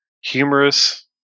humorous